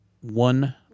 one